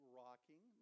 rocking